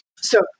So-